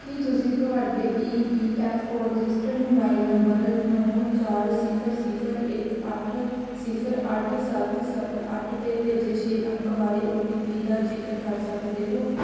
ਕੀ ਤੁਸੀਂ ਤੁਹਾਡੇ E P F O registered mobile number ਨੌਂ ਚਾਰ ਸਿਫਰ ਸਿਫਰ ਇੱਕ ਅੱਠ ਸਿਫਰ ਅੱਠ ਸੱਤ ਸੱਤ ਅੱਠ 'ਤੇ ਭੇਜੇ ਛੇ ਅੰਕ ਵਾਲੇ ਓ ਟੀ ਪੀ ਦਾ ਜਿਕਰ ਕਰ ਸਕਦੇ ਹੋ